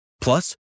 Plus